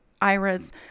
Ira's